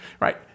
right